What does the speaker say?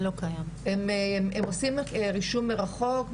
הם עושים רישום מרחוק,